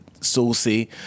saucy